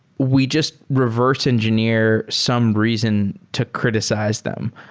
we just reverse engineer some reason to criticize them,